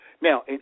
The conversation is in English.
Now